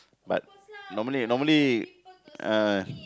but normally normally uh